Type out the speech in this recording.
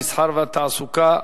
המסחר והתעסוקה,